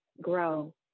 grow